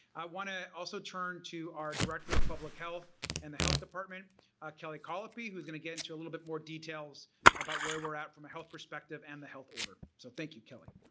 i want to also turn to our director of public health and the health department kelly colopy who's going to get into a little bit more details about where we're at from a health perspective perspective and the health order, so thank you kelly.